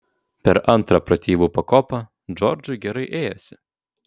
per antrą pratybų pakopą džordžui gerai ėjosi